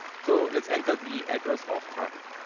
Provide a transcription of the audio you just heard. so let's enter the address of target.